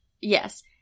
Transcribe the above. Yes